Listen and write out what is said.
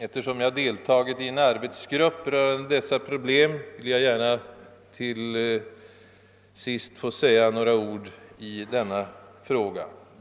Eftersom jag deltagit i en arbetsgrupp som sysslat med dessa problem ber jag att till sist få säga några ord om den saken.